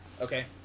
Okay